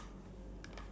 ya